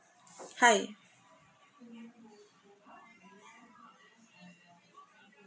hi